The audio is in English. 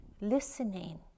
Listening